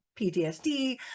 ptsd